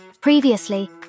Previously